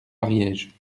ariège